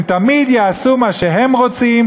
הם תמיד יעשו מה שהם רוצים,